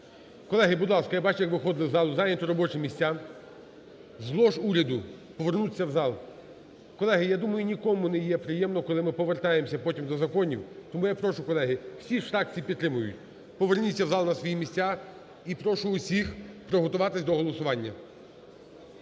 Колеги, будь ласка, я бачив, як виходили з залу, зайняти робочі місця, з лож уряду повернутися в зал. Колеги, я думаю, нікому не є приємно, коли ми повертаємося потім до законів, тому я прошу, колеги, всі ж фракції підтримують. Поверніться в зал на свої місця і прошу всіх приготуватися до голосування.